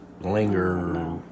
linger